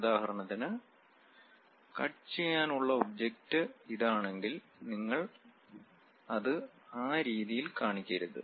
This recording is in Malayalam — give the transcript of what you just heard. ഉദാഹരണത്തിന് കട്ട് ചെയ്യാൻ ഉള്ള ഒബ്ജക്റ്റ് ഇതാണെങ്കിൽ നിങ്ങൾ അത് ആ രീതിയിൽ കാണിക്കരുത്